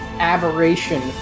aberration